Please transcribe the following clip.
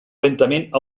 lentament